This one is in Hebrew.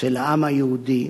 של העם היהודי.